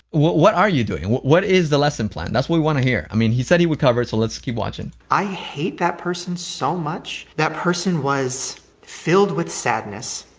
what what are you doing? what is the lesson plan? that's what we want to hear, i mean, he said he would cover it so let's keep watching. i hate that person so much. that person was filled with sadness,